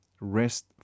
rest